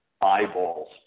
eyeballs